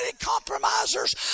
compromisers